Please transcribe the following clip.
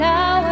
Now